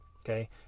okay